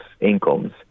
incomes